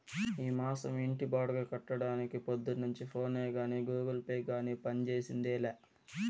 ఈ మాసం ఇంటి బాడుగ కట్టడానికి పొద్దున్నుంచి ఫోనే గానీ, గూగుల్ పే గానీ పంజేసిందేలా